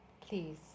please